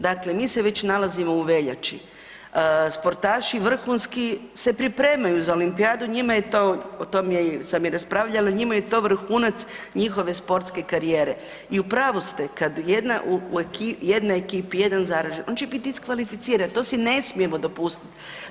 Dakle, mi se već nalazimo u veljači, sportaši vrhunski se pripremaju za olimpijadu, njima je to, o tome sam i raspravljala, njima je to vrhunac njihove sportske karijere i u pravu ste kad jedna ekipa, jedan u ekipi, jedan zaražen on će biti diskvalificiran, to si ne smijemo dopustiti.